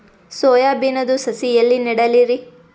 Soya ಬಿನದು ಸಸಿ ಎಲ್ಲಿ ನೆಡಲಿರಿ?